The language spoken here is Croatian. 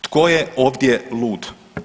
Tko je ovdje lud?